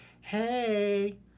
hey